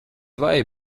vai